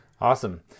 Awesome